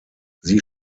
sie